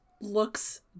looks